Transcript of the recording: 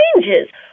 changes